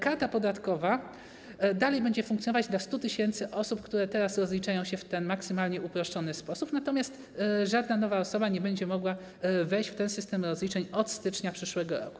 Karta podatkowa dalej będzie funkcjonować dla 100 tys. osób, które teraz rozliczają się w ten maksymalnie uproszczony sposób, natomiast żadna nowa osoba nie będzie mogła wejść w ten system rozliczeń od stycznia przyszłego roku.